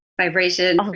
vibration